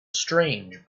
strange